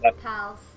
pals